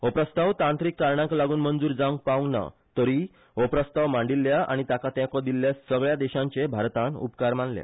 हो प्रस्ताव तांत्रिक कारणांक लागुन मंजूर जावंक पावंक ना तरीय हो प्रस्ताव मांडिल्ल्या आनी ताका तेंको दिल्ल्या सगळ्या देशांचे भारतान उपकार मानल्या